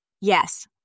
Yes